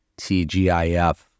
TGIF